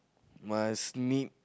must make